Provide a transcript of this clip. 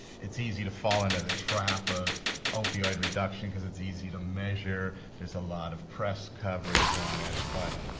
it's easy to fall into the trap of opioid reduction, cause it's easy to measure, there's a lot of press coverage on it. but